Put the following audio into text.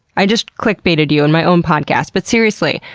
i just click-baited you in my own podcast but seriously,